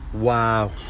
Wow